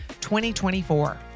2024